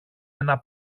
ένα